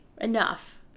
Enough